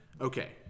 okay